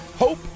Hope